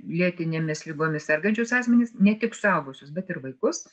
lėtinėmis ligomis sergančius asmenis ne tik suaugusius bet ir vaikus